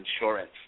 insurance